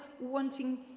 wanting